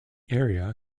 area